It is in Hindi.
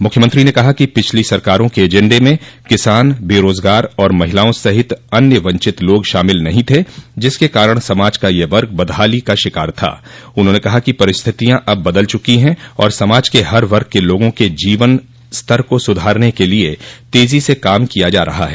मुख्यमंत्री ने कहा कि पिछली सरकारों के एजेण्डे में किसान बेरोजगार और महिलाओं सहित अन्य वंचित लोग शामिल नहीं थे जिसके कारण समाज का यह वर्ग बदहाली का शिकार था उन्होंने कहा कि परिस्थितियां अब बदल चुकी हैं और समाज के हर वर्ग के लोगों के जीवन स्तर को सुधारने के लिए तेजी से काम किया जा रहा है